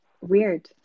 weird